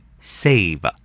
Save